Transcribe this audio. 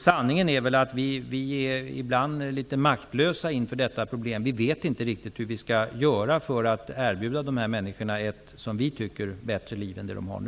Sanningen är väl att vi ibland är litet maktlösa inför detta problem. Vi vet inte riktigt hur vi skall göra för att erbjuda de här människorna ett som vi tycker bättre liv än det de har nu.